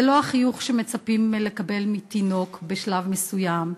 זה לא החיוך שמצפים לקבל מתינוק בשלב מסוים,